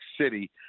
City